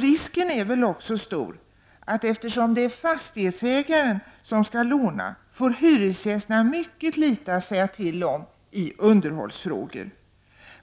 Risken är väl också stor att eftersom det är fastighetsägaren som skall låna, så får hyresgästerna mycket litet att säga till om i underhållsfrågor.